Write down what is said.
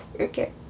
Okay